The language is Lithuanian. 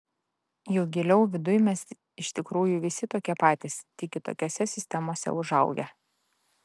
juk giliau viduj mes iš tikrųjų visi tokie patys tik kitokiose sistemose užaugę